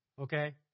okay